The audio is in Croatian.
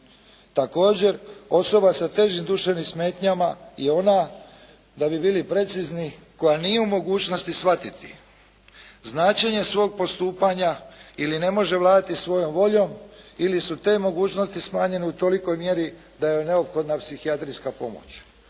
Također, osoba sa težim duševnim smetnjama je ona da bi bili precizni koja nije u mogućnosti shvatiti značenje svog postupanja ili ne može vladati svojom voljom ili su te mogućnosti smanjene u tolikoj mjeri da joj je neophodna psihijatrijska pomoć,